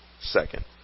second